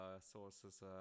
sources